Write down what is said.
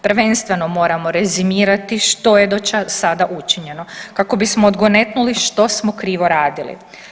Prvenstveno moramo rezimirati što je do sada učinjeno kako bismo odgonetnuli što smo krivo radili.